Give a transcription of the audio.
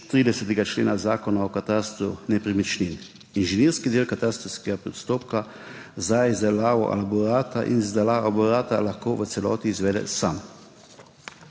38. člena Zakona o katastru nepremičnin. Inženirski del katastrskega postopka za izdelavo elaborata in izdelavo elaborata lahko v celoti izvede sam.